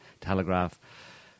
Telegraph